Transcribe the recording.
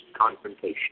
confrontation